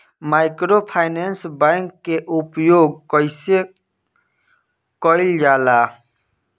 Microfinance bank के उपयोग कइसे कइल जाला?